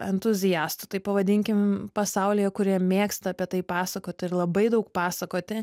entuziastų taip pavadinkim pasaulyje kurie mėgsta apie tai pasakot ir labai daug pasakoti